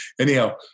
Anyhow